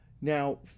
now